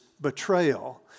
betrayal